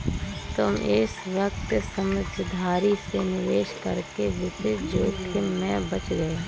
तुम इस वक्त समझदारी से निवेश करके वित्तीय जोखिम से बच गए